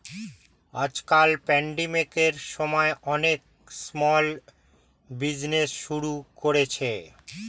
আজকাল প্যান্ডেমিকের সময়ে অনেকে স্মল বিজনেজ শুরু করেছে